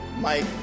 Mike